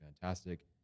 fantastic